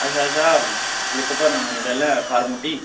अच्छा अच्छा स्लिप भरना पौनी पैह्ले फार्म